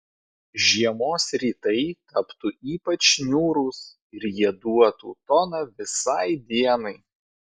žiemos rytai taptų ypač niūrūs ir jie duotų toną visai dienai